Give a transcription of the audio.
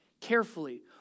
Carefully